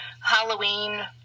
Halloween